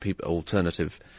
alternative